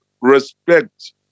respect